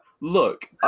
Look